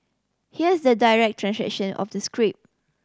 here's the direct translation of the script